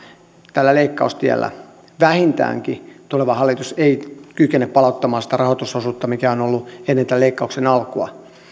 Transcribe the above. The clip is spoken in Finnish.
tällä leikkaustiellä vähintäänkin tuleva hallitus ei kykene palauttamaan sitä rahoitusosuutta mikä on ollut ennen näitten leikkausten alkua